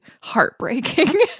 heartbreaking